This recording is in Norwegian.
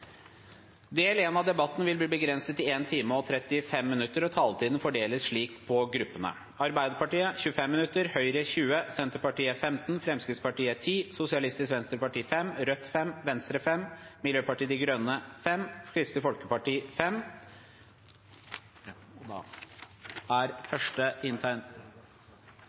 del 1 av debatten vil bli begrenset til 1 time og 35 minutter, og den fordeles slik: Arbeiderpartiet 25 minutter, Høyre 20 minutter, Senterpartiet 15 minutter, Fremskrittspartiet 10 minutter, Sosialistisk Venstreparti 5 minutter, Rødt 5 minutter, Venstre 5 minutter, Miljøpartiet De Grønne 5 minutter og Kristelig Folkeparti